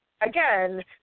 again